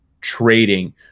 trading